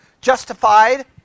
Justified